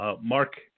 Mark